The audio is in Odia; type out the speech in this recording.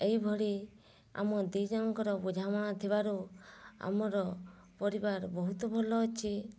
ଏଭଳି ଆମ ଦି ଜଣଙ୍କର ବୁଝାମଣା ଥିବାରୁ ଆମର ପରିବାର ବହୁତ ଭଲ ଅଛି